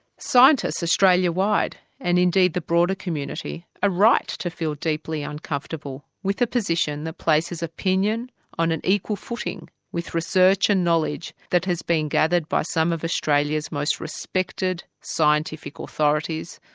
scientists australia-wide and indeed the broader community are right to feel deeply uncomfortable with a position that places opinion on an equal footing with research and knowledge that has been gathered by some of australia's most respected scientific authorities,